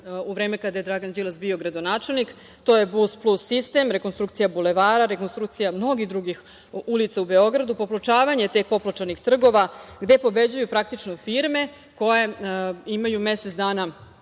u vreme kada je Dragan Đilas bio gradonačelnik, to je Bus-plus sistem, rekonstrukcija bulevara, rekonstrukcija mnogih drugih ulica u Beogradu, popločavanje tek popločanih trgova, gde pobeđuju praktično firme koje imaju mesec dana